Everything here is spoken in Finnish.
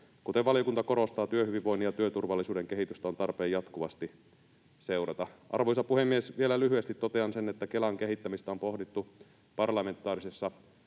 kuten valiokunta korostaa, työhyvinvoinnin ja työturvallisuuden kehitystä on tarpeen jatkuvasti seurata. Arvoisa puhemies! Vielä lyhyesti totean sen, että Kelan kehittämistä on pohdittu parlamentaarisessa